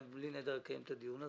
בלי נדר אני אקיים את הדיון הזה,